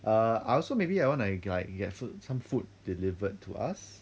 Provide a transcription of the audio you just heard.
err I also maybe I want like like get food some food delivered to us